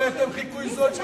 הרי אתם חיקוי זול.